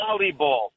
Volleyball